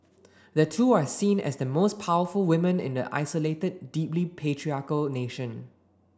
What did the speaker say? the two are seen as the most powerful women in the isolated deeply patriarchal nation